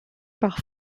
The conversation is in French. par